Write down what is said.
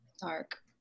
dark